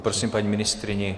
Prosím paní ministryni.